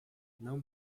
não